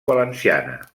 valenciana